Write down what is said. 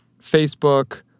Facebook